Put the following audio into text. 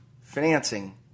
financing